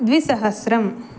द्विसहस्रम्